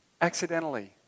accidentally